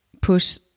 push